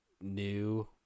new